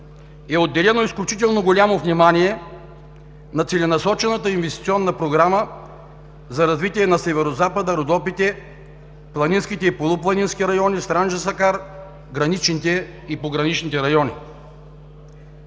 е отделено изключително голямо внимание на целенасочената инвестиционна програма за развитие на Северозапада, Родопите, планинските и полупланински райони, Странджа-Сакар, граничните и пограничните райони.